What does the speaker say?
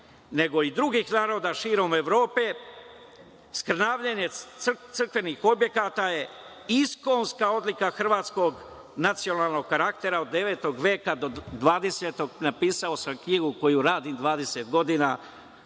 nego i drugih naroda širom Evrope, skrnavljenje crkvenih objekata je iskonska odlika hrvatskog nacionalnog karaktera od devetog veka do 20. Napisao sam knjigu koju radim 20 godina